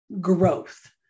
growth